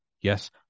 yes